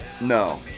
no